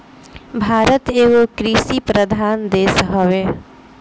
भारत एगो कृषि प्रधान देश हवे